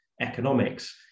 economics